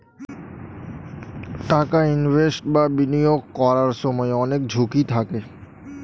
টাকা ইনভেস্ট বা বিনিয়োগ করার সময় অনেক ঝুঁকি থাকে